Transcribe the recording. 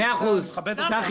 אני מכבד אותך.